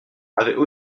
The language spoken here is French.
avaient